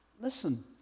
listen